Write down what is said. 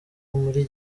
muri